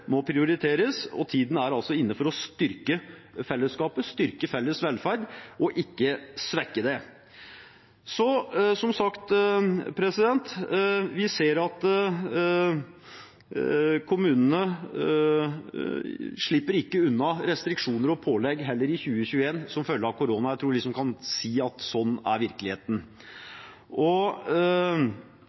må prioriteres. Tiden er inne for å styrke fellesskapet og felles velferd, ikke svekke den. Som sagt ser vi at kommunene heller ikke i 2021 slipper unna restriksjoner og pålegg som følge av koronaen. Jeg tror man kan si at slik er virkeligheten. Det er usikkerhet om hva de ulike restriksjonene og